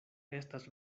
estas